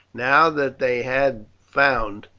now that they had found,